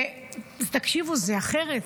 תקשיבו, זה אחרת,